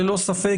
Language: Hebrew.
ללא ספק,